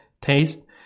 taste